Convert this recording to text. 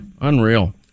Unreal